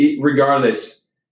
regardless